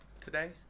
today